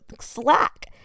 Slack